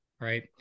Right